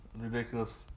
Ridiculous